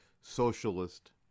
socialist